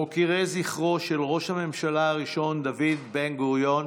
מוקירי זכרו של ראש הממשלה הראשון דוד בן-גוריון,